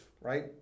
right